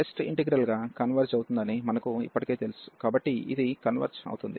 test integral గా converge అవుతుందని మనకు ఇప్పటికే తెలుసు కాబట్టి ఇది కన్వెర్జ్ అవుతుంది